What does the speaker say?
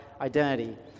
identity